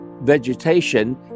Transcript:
vegetation